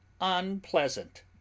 unpleasant